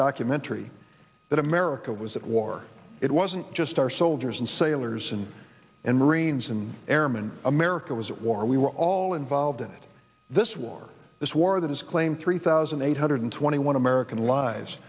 documentary that america was at war it wasn't just our soldiers and sailors and marines and airman america was at war we were all involved in it this war this war that has claimed three thousand eight hundred twenty one american lives